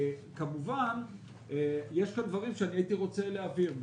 כמובן יש כאן דברים שהייתי רוצה להבהיר.